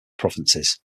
provinces